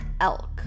Elk